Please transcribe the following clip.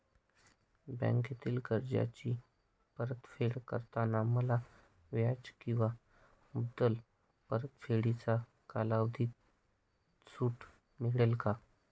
बँकेत कर्जाची परतफेड करताना मला व्याज किंवा मुद्दल परतफेडीच्या कालावधीत सूट मिळेल का?